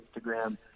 Instagram